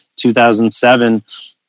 2007